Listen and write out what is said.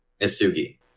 Isugi